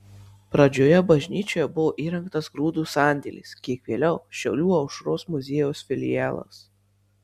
pradžioje bažnyčioje buvo įrengtas grūdų sandėlis kiek vėliau šiaulių aušros muziejaus filialas